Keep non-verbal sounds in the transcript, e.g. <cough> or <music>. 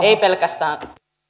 <unintelligible> ei pelkästään